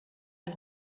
ein